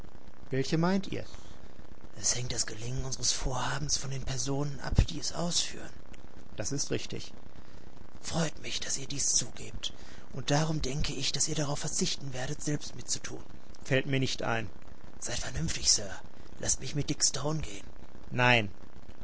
welche meint ihr es hängt das gelingen unsres vorhabens von den personen ab die es ausführen das ist richtig freut mich daß ihr dies zugebt und darum denke ich daß ihr darauf verzichten werdet selbst mitzutun fällt mir nicht ein seid vernünftig sir laßt mich mit dick stone gehen nein